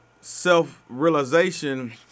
self-realization